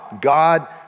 God